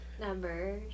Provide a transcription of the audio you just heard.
Number